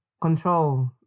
Control